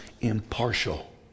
impartial